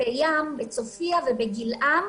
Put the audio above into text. ב"מצפה ים", ב"צופיה" וב"גיל-עם".